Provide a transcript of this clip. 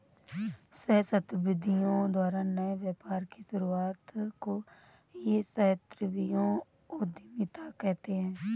सहस्राब्दियों द्वारा नए व्यापार की शुरुआत को ही सहस्राब्दियों उधीमता कहते हैं